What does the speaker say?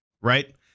Right